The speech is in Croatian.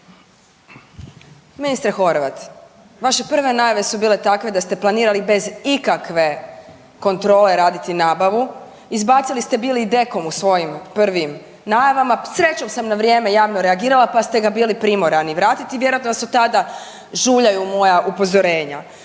Ministre Horvat. Vaše prve najave su bile takve da ste planirali bez ikakve kontrole raditi nabavu, izbacili ste bili i …/govornica se ne razumije/…u svojim prvim najavama, srećom sa na vrijeme javno reagirala, pa ste ga bili primorani vratiti. Vjerovatno vas od tada žuljaju moja upozorenja.